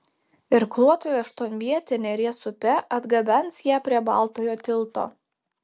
irkluotojų aštuonvietė neries upe atgabens ją prie baltojo tilto